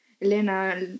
Elena